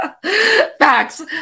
facts